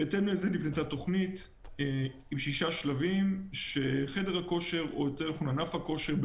בהתאם לזה נבנתה תוכנית עם שישה שלבים כשחדר הכושר או ענף הכושר,